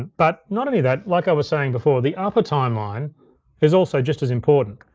but not only that, like i was saying before, the upper timeline is also just as important.